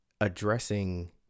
addressing